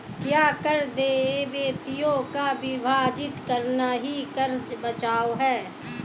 क्या कर दायित्वों को विभाजित करना ही कर बचाव है?